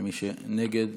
ומי שנגד,